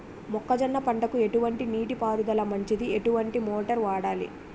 మొక్కజొన్న పంటకు ఎటువంటి నీటి పారుదల మంచిది? ఎటువంటి మోటార్ వాడాలి?